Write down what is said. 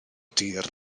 dir